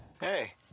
Hey